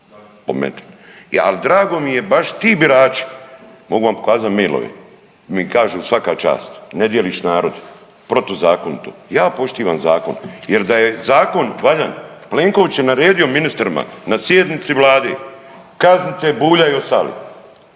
Al drago mi je baš ti birači, mogu vam pokazat mailove mi kažu svaka čast, ne dijeliš narodu protuzakonito. Ja poštivam zakon jer da je zakon valjan Plenković je naredio ministrima na sjednici vlade kaznite Bulja i ostale.